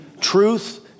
truth